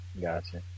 Gotcha